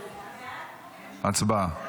הצבעה.